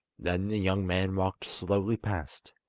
then the young man walked slowly past,